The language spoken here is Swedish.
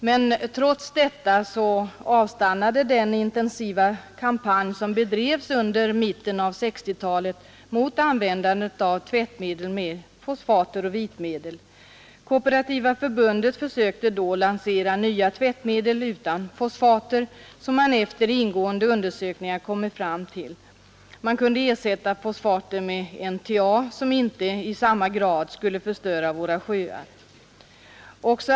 Men trots detta avstannade den intensiva kampanj som bedrevs under mitten av 1960-talet mot användandet av tvättmedel med fosfater och vitmedel. Kooperativa förbundet försökte då lansera nya tvättmedel utan fosfater, som man efter ingående undersökningar kommit fram till. Man kunde ersätta fosfater med NTA, som inte i samma grad skulle förstöra våra sjöar.